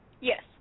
Yes